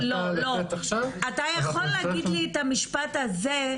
אתה יכול להגיד לי את המשפט הזה,